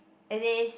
as in it's